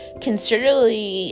considerably